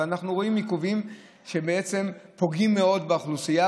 ואנחנו רואים עיכובים שפוגעים מאוד באוכלוסייה,